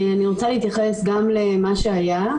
אני רוצה להתייחס גם למה שהיה,